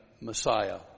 Messiah